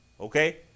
okay